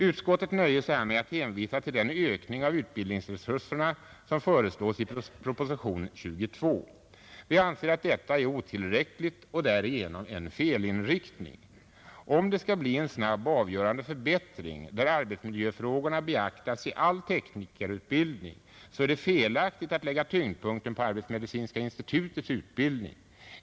Utskottet nöjer sig här med att hänvisa till den ökning av utbildningsresurserna som föreslås i propositionen 22. Vi anser att detta är otillräckligt och därigenom en felinriktning. Om det skall bli en snabb och avgörande förbättring, där arbetsmiljöfrågorna beaktas i all teknikerutbildning, så är det felaktigt att lägga tyngdpunkten på arbetsmedicinska institutets utbildning.